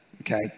Okay